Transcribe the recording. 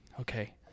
Okay